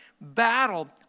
battle